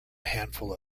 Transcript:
handful